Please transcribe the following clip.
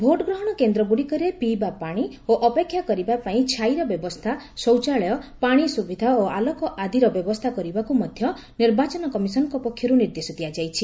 ଭୋଟଗ୍ରହଣ କେନ୍ଦ୍ରଗୁଡ଼ିକରେ ପିଇବା ପାଣି ଓ ଅପେକ୍ଷା କରିବା ପାଇଁ ଛାଇର ବ୍ୟବସ୍ଥା ଶୌଚାଳୟ ପାଣି ସୁବିଧା ଓ ଆଲୋକ ଆଦିର ବ୍ୟବସ୍ଥା କରିବାକୁ ମଧ୍ୟ ନିର୍ବାଚନ କମିଶନଙ୍କ ପକ୍ଷରୁ ନିର୍ଦ୍ଦେଶ ଦିଆଯାଇଛି